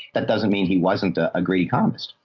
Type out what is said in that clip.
that doesn't mean he wasn't ah a great economist.